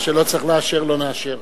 מה שלא צריך לאשר לא נאשר.